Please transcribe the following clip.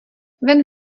ven